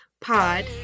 Pod